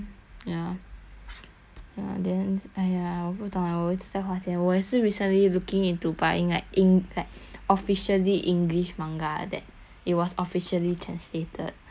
!wah! then !aiya! 我不懂我以次发现我也是 recently looking into buying like en~ like officially english manga that it was officially translated so expensive